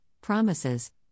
Promises